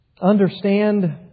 understand